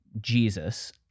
Jesus